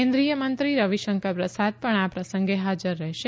કેન્દ્રીય મંત્રી રવિશંકર પ્રસાદ પણ આ પ્રસંગે હાજર રહેશે